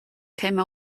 came